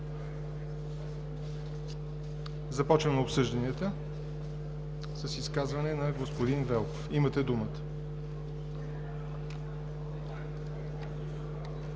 Започваме обсъжданията с изказване на господин Велков. Имате думата.